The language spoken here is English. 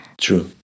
True